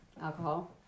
alcohol